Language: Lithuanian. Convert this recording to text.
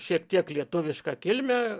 šiek tiek lietuvišką kilmę